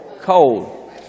cold